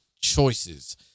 choices